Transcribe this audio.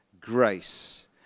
grace